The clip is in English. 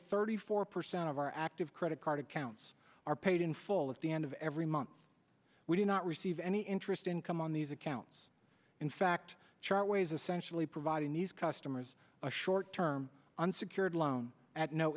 thirty four percent of our active credit card accounts are paid in full at the end of every month we do not receive any interest income on these accounts in fact chart ways essentially providing these customers a short term unsecured loan at no